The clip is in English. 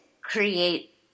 create